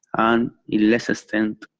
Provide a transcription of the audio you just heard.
um a less extent,